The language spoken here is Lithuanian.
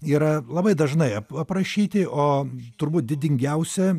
yra labai dažnai ap aprašyti o turbūt didingiausia